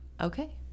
okay